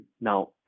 now